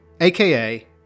aka